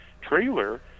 trailer